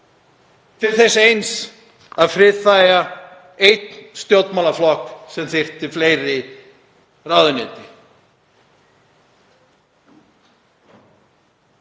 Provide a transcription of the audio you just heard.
til þess eins að friðþægja einn stjórnmálaflokk sem þurfti fleiri ráðuneyti.